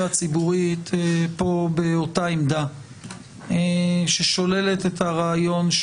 הציבורית פה באותה עמדה ששוללת את הרעיון,